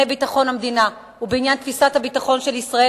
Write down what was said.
ביטחון המדינה ובעניין תפיסת הביטחון של ישראל